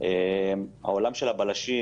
למעשה ההגבלות